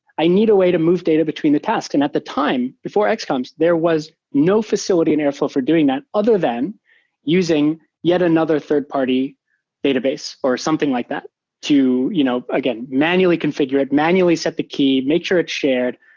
i need a way to move data between the tasks. and at the time, before xcoms, there was no facility in airflow for doing that other than using yet another third-party database or something like that to, you know again, manually configure it, manually set the key. make sure it's shared.